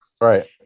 Right